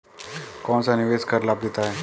कौनसा निवेश कर लाभ देता है?